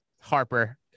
harper